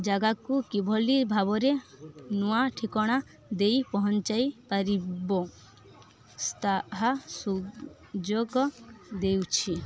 ଜାଗାକୁ କିଭଳି ଭାବରେ ନୂଆ ଠିକଣା ଦେଇ ପହଞ୍ଚାଇ ପାରିବ ତାହା ସୁଯୋଗ ଦେଉଛି